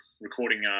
recording